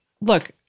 Look